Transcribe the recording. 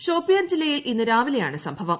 ഷോപിയാൻ ജില്ലയിൽ ഇന്ന് രാവിലെയാണ് സംഭവം